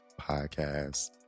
podcast